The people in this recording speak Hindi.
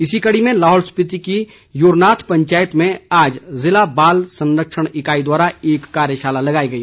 इसी कड़ी में लाहौल स्पिति की युरनाथ पंचायत में आज ज़िला बाल संरक्षण इकाई द्वारा एक कार्यशाला लगाई गई